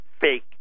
fake